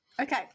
Okay